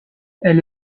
elle